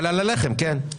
אבל על הלחם כן.